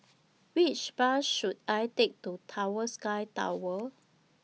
Which Bus should I Take to Tower Sky Tower